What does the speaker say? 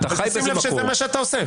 שים לב שזה מה שאתה עושה.